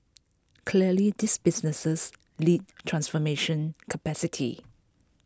clearly these businesses li transformation capacity